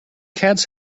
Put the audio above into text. cats